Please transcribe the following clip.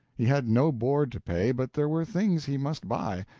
he had no board pay, but there were things he must buy,